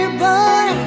boy